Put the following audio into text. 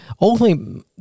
ultimately